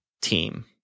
team